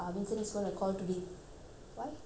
why I don't know lah kalpana